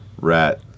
rat